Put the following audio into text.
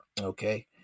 Okay